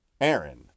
Aaron